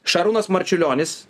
šarūnas marčiulionis